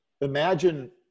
imagine